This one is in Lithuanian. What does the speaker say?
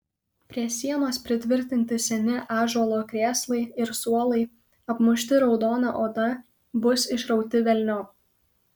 prie sienos pritvirtinti seni ąžuolo krėslai ir suolai apmušti raudona oda bus išrauti velniop